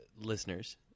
listeners